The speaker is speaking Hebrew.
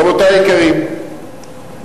רבותי היקרים,